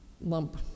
lump